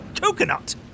Coconut